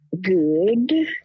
good